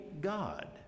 God